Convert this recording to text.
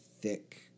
thick